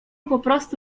poprostu